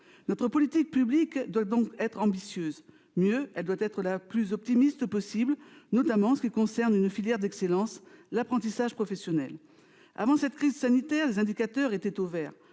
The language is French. Notre politique publique doit donc être ambitieuse. Mieux, elle doit être la plus optimiste possible, notamment en ce qui concerne la filière d'excellence qu'est l'apprentissage professionnel. Avant la crise sanitaire, les indicateurs étaient au vert.